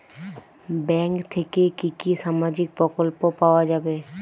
Bank থেকে কি কি সামাজিক প্রকল্প পাওয়া যাবে?